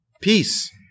Peace